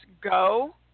go